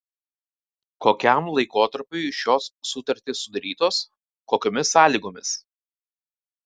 kokiam laikotarpiui šios sutartys sudarytos kokiomis sąlygomis